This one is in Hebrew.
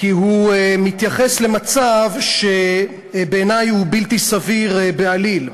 כי הוא מתייחס למצב שבעיני הוא בלתי סביר בעליל.